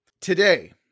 Today